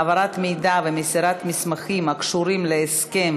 העברת מידע ומסירת מסמכים הקשורים להסכם